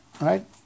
Right